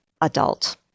adult